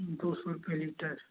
दो सौ रुपये लीटर